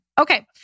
Okay